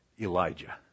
Elijah